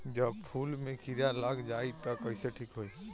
जब फूल मे किरा लग जाई त कइसे ठिक होई?